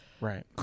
Right